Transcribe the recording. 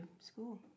school